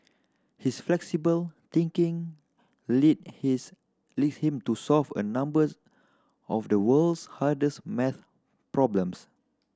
his flexible thinking led his led him to solve a numbers of the world's hardest maths problems